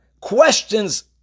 questions